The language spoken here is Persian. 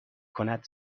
کند